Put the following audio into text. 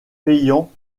payants